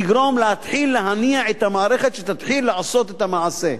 לגרום להתחיל להניע את המערכת שתתחיל לעשות את המעשה.